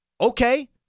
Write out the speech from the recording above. Okay